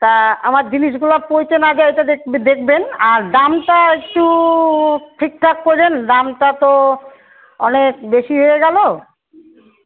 তা আমার জিনিসগুলো পচে না যায় এটা দেখবে দেখবেন আর দামটা একটু ঠিকঠাক করে দামটা তো অনেক বেশি হয়ে গেলো